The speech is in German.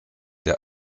der